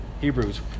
Hebrews